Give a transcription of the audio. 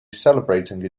celebrating